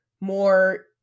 more